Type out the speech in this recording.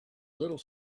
little